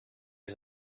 was